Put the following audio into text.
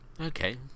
Okay